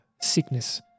sickness